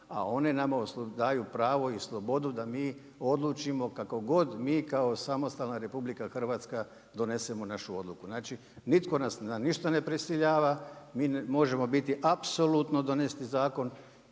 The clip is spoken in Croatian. a one nama daju pravo i slobodu da mi odlučimo kako god mi kao samostalna RH donesemo našu odluku. Znači, nitko nas na ništa ne prisiljava, mi možemo donijeti zakonu